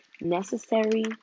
Necessary